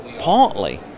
partly